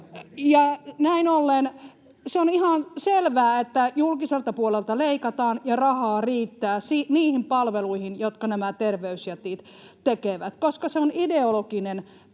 Näin ollen se on ihan selvää, että julkiselta puolelta leikataan ja rahaa riittää niihin palveluihin, jotka nämä terveysjätit tekevät, koska se on ideologinen